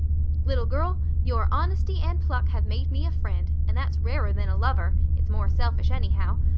little girl, your honesty and pluck have made me a friend, and that's rarer than a lover it's more unselfish anyhow.